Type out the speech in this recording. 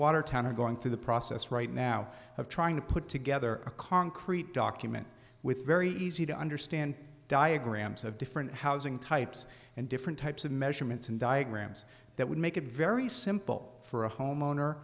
watertown are going through the process right now of trying to put together a concrete document with very easy to understand diagrams of different housing types and different types of measurements and diagrams that would make it very simple for a homeowner